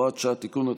הוראת שעה) (תיקון),